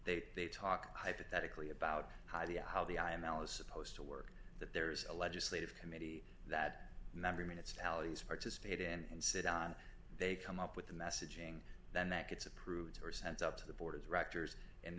they they talk hypothetically about how the how the i am alice supposed to work that there is a legislative committee that member minutes tallies participate and sit on they come up with the messaging then that gets approved or sent up to the board of directors and